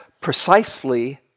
precisely